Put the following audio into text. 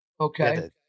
Okay